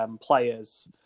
players